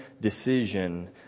decision